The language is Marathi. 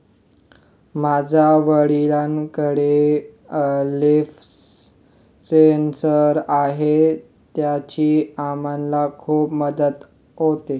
माझ्या वडिलांकडे लिफ सेन्सर आहे त्याची आम्हाला खूप मदत होते